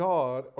God